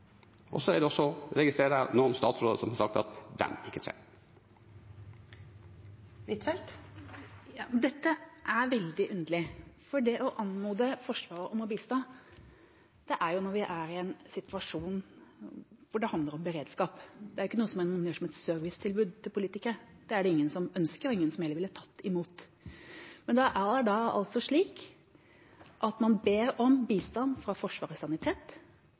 Så er det også, registrerer jeg, noen statsråder som har sagt at de ikke trenger det. Anniken Huitfeldt – til oppfølgingsspørsmål. Dette er veldig underlig, for det å anmode Forsvaret om å bistå gjelder jo når vi er i en situasjon hvor det handler om beredskap. Det er jo ikke noe man gjør som et servicetilbud til politikere. Det er det ingen som ønsker, og heller ingen som ville tatt imot. Men det er da altså slik at man ber om bistand fra Forsvarets sanitet,